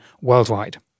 worldwide